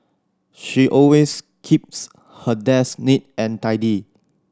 she always keeps her desk neat and tidy